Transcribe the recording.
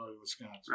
Wisconsin